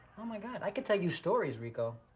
oh my god, i could tell you stories, ricco.